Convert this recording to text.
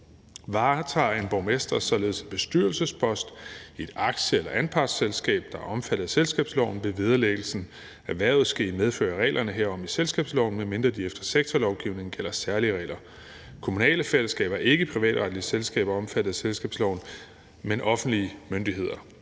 Varetager en borgmester således en bestyrelsespost i et aktie- eller anpartsselskab, der er omfattet af selskabsloven, vil vederlæggelsen af hvervet ske i medfør af reglerne herom i selskabsloven, medmindre der efter sektorlovgivningen gælder særlige regler. Kommunale fællesskaber er ikke privatretlige selskaber omfattet af selskabsloven, men offentlige myndigheder.